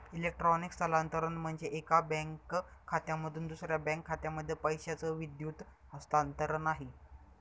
electronic स्थलांतरण म्हणजे, एका बँक खात्यामधून दुसऱ्या बँक खात्यामध्ये पैशाचं विद्युत हस्तांतरण आहे